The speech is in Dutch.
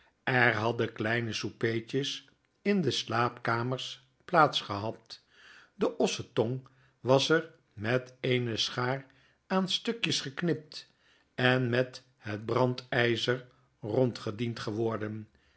er hadden kleine soupertjes in de slaapkamers plaats gehad de ossetong was er met eene schaar aan stukjes geknipt en met het brandijzer rondgediend geworden